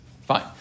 Fine